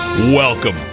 Welcome